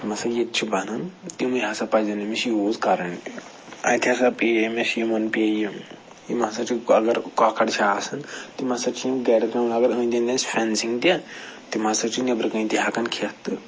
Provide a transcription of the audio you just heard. یِم ہَسا ییٚتہِ چھ بَنان تِمَے ہَسا پَزَن امِس یوٗز کَرٕنۍ اَتہِ ہَسا پیٚیہِ أمِس یِمَن پیٚیہِ یہِ یِم ہَسا چھِ اگر کۄکَر چھِ آسَن تِم ہَسا چھِ یِم گَرِ ترٛاوان اگر أنٛدۍ أنٛدۍ آسہِ فٮ۪نسِنٛگ تہِ تِم ہَسا چھِ نیٚبرِ کَنہِ تہِ ہٮ۪کان کھٮ۪تھ تہٕ